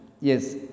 Yes